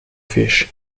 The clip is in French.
fish